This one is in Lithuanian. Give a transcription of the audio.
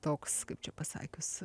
toks kaip čia pasakius